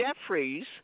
Jeffries